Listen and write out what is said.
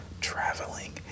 traveling